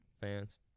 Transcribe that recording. Fans